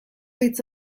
hitz